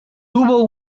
tuvo